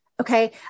Okay